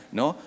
no